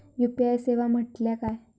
UPI सेवा म्हटल्या काय?